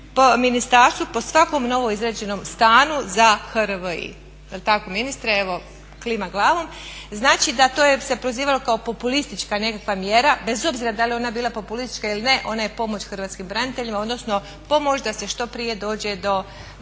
Jel tako ministre, evo klima glavom. Znači da to je se prozivalo kao populistička nekakva mjera, bez obzira da li ona bila populistička ili ne ona je pomoć hrvatskim braniteljima, odnosno pomoć da se što prije dođe do